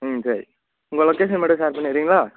ம் சரி உங்க லொகேஷன் மட்டும் ஷேர் பண்ணிடறீங்களா